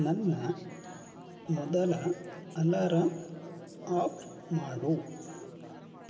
ನನ್ನ ಮೊದಲ alarm off ಮಾಡು